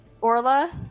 Orla